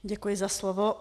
Děkuji za slovo.